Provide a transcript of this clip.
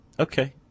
Okay